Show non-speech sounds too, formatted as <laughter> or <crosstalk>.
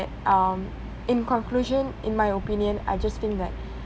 um in conclusion in my opinion I just think that <breath>